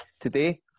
today